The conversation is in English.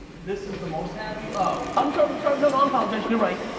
this is the most happy, oh um so i'm sorry, no no i apologize, you're right.